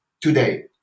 today